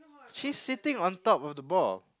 she's sitting on top of the ball